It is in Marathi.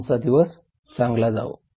तुमचा दिवस चांगला जावो